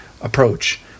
approach